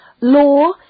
Law